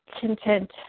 content